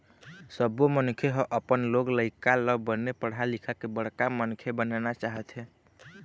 सब्बो मनखे ह अपन लोग लइका ल बने पढ़ा लिखा के बड़का मनखे बनाना चाहथे